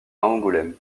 angoulême